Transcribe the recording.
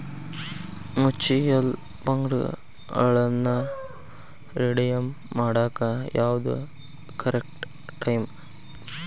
mutual ಫಂಡ್ಗಳನ್ನ redeem ಮಾಡಾಕ ಯಾವ್ದು ಕರೆಕ್ಟ್ ಟೈಮ್